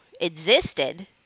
existed